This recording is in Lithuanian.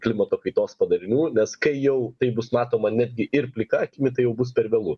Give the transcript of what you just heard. klimato kaitos padarinių nes kai jau taip bus matoma netgi ir plika akimi tai jau bus per vėlu